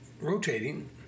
rotating